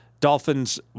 Dolphins